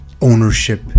ownership